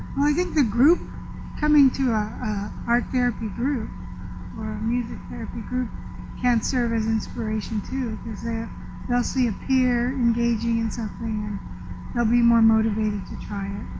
i think the group coming to art therapy group or a music therapy group can serve as an inspiration too cause ah they'll see up here engaging in something and they'll be more motivated to try it.